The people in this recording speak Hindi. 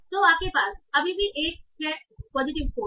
तो आपके पास अभी भी एक है पॉजिटिव स्कोर